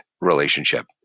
relationship